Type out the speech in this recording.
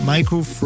Michael